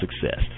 Success